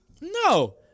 No